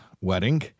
wedding